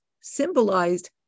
symbolized